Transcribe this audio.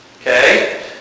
okay